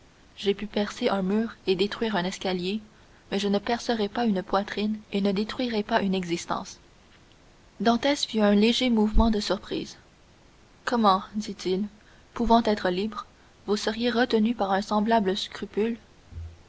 j'ai pu percer un mur et détruire un escalier mais je ne percerai pas une poitrine et ne détruirai pas une existence dantès fit un léger mouvement de surprise comment dit-il pouvant être libre vous seriez retenu par un semblable scrupule